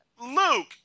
luke